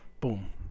boom